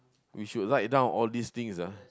we should write down all these things ah